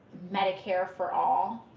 medicare for all.